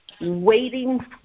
waiting